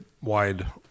wide